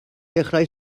dechrau